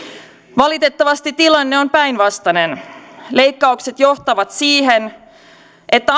valitettavasti tilanne on päinvastainen leikkaukset johtavat siihen että